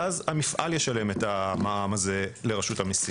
ואז המפעל ישלם את המע"מ הזה לרשות המיסים.